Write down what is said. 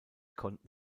konnten